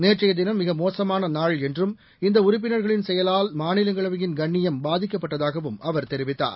நேற்றைய தினம் மிக மோசமான நாள் என்றும் இந்த உறுப்பினர்களின் செயலால் மாநிலங்களவையின் கண்ணியம் பாதிக்கப்பட்டதாகவும் அவர் தெரிவித்தார்